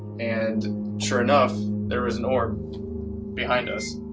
and sure enough there was more behind us.